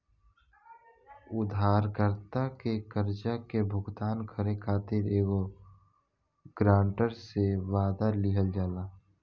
उधारकर्ता के कर्जा के भुगतान करे खातिर एगो ग्रांटर से, वादा लिहल जाला